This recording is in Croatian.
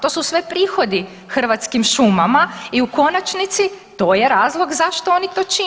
To su sve prihodi Hrvatskim šumama i u konačnici, to je razlog zašto oni to čine.